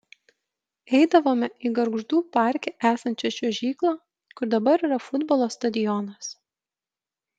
eidavome į gargždų parke esančią čiuožyklą kur dabar yra futbolo stadionas